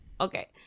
Okay